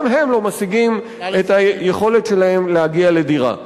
הם לא משיגים את היכולת שלהם להגיע לדירה.